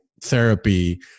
therapy